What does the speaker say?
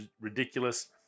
ridiculous